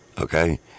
Okay